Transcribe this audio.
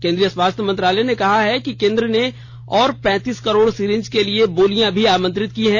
केंद्रीय स्वास्थ्य मंत्रालय ने कहा कि केंद्र ने और पैंतीस करोड़ सीरिंज के लिए बोलियां भी आमंत्रित की हैं